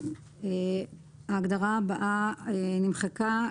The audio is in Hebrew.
ההגדרה הבאה נמחקה,